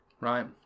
right